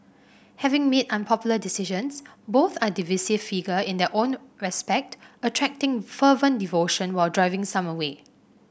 having made unpopular decisions both are divisive figure in their own respect attracting fervent devotion while driving some away